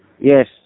Yes